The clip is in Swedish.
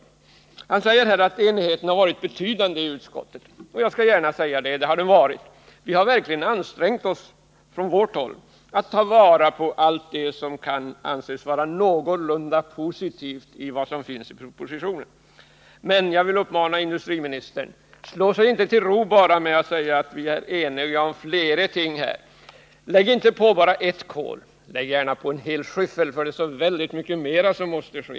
Industriministern säger här att enigheten har varit betydande i utskottet. Jag skall gärna instämma — det har den varit. Vi har från vårt håll verkligen ansträngt oss att ta vara på allt som kan anses vara någorlunda positivt i det som finns i propositionen. Men jag vill uppmana industriministern att inte bara slå sig till ro med det och säga att vi är eniga om flera ting här. Lägg inte på bara ett kol, utan lägg gärna på en hel skyffel, för det är väldigt mycket mera som måste ske!